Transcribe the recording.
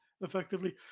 effectively